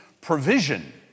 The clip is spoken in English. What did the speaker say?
provision